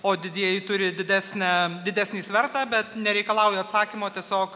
o didieji turi didesnę didesnį svertą bet nereikalauju atsakymo tiesiog